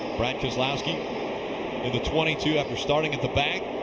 brad keselowski in the twenty two after starting at the back,